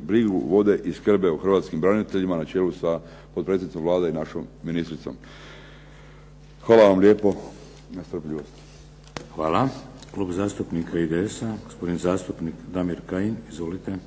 brigu vode i skrbe o hrvatskim braniteljima na čelu sa potpredsjednicom Vlade i našom ministricom. Hvala vam lijepo na strpljivosti. **Šeks, Vladimir (HDZ)** Hvala. Klub zastupnika IDS-a, gospodin zastupnik Damir Kajin. Izvolite.